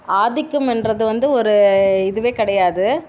ஆதிக்கம் என்பது வந்து ஒரு இதுவே கிடையாது